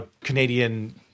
Canadian